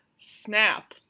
snap